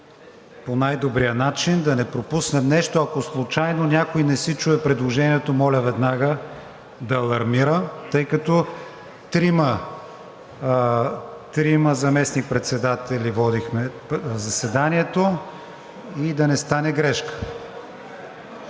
по най-добрия начин, да не пропуснем нещо. Ако случайно някой не си чуе предложението, моля веднага да алармира, тъй като трима заместник-председатели водихме заседанието, да не стане грешка.